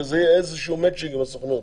שיהיה איזה שהוא מצ'ינג עם הסוכנות.